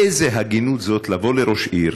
איזו הגינות זאת לבוא לראש עיר,